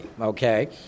okay